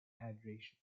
hydration